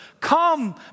Come